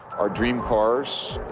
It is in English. our dream cars,